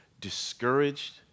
discouraged